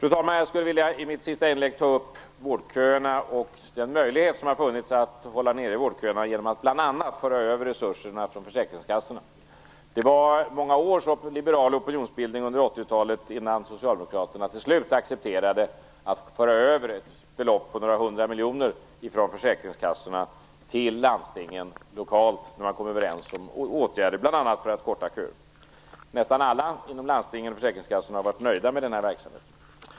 I mitt sista inlägg vill jag ta upp vårdköerna och den möjlighet som har funnits att hålla vårdköerna nere bl.a. genom att föra över resurserna från försäkringskassorna. Det tog många år av liberal opinionsbildning under 1980-talet innan socialdemokraterna till slut accepterade att föra över ett belopp på några hundra miljoner från försäkringskassorna till landstingen. Man kom överens om åtgärder bl.a. för att korta köerna. Nästan alla inom landsting och försäkringskassor har varit nöjda med denna verksamhet.